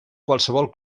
qualsevol